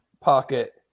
pocket